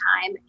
time